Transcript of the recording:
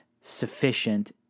sufficient